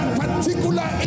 particular